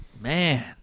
Man